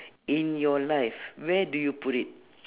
in your life where do you put it